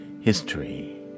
history